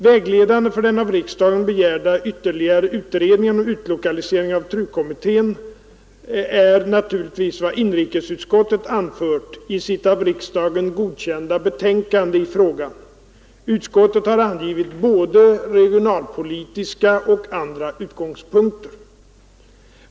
Vägledande för den av riksdagen begärda ytterligare utredningen om utlokalisering av TRU-kommittén är naturligtvis vad inrikesutskottet anfört i sitt av riksdagen godkända betänkande i frågan. Utskottet har angivit både regionalpolitiska och andra utgångspunkter.